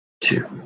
two